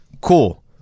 Cool